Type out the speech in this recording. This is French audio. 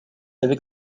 avec